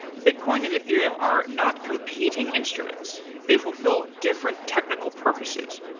bitcoin and ethereum are not competing instruments. they fulfill different technical purposes.